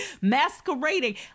masquerading